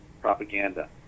propaganda